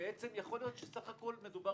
שיכול להיות שמדובר